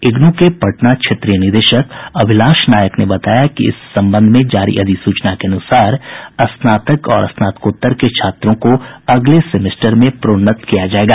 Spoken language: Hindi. इग्नू के पटना क्षेत्रीय निदेशक अभिलाष नायक ने बताया कि इस संबंध में जारी अधिसूचना के अनुसार स्नातक और स्नातकोत्तर के छात्रों को अगले सेमेस्टर में प्रोन्नत किया जायेगा